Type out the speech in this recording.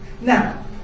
Now